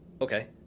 Okay